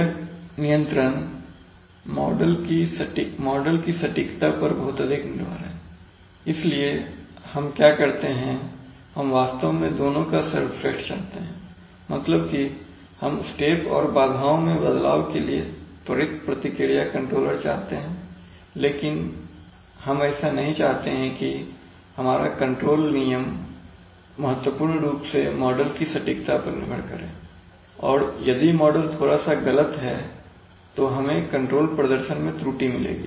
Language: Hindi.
यह नियंत्रण मॉडल सटीकता पर बहुत अधिक निर्भर है इसलिए हम क्या करते हैंहम वास्तव में दोनों का सर्वश्रेष्ठ चाहते हैंमतलब कि हम स्टेप और बाधाओं में बदलाव के लिए त्वरित प्रतिक्रिया कंट्रोलर चाहते हैं लेकिन हम ऐसा नहीं चाहते है कि हमारा कंट्रोल नियम महत्वपूर्ण रूप से मॉडल की सटीकता पर निर्भर करे और यदि मॉडल थोड़ा सा गलत है तो हमें कंट्रोल प्रदर्शन में त्रुटि मिलेगी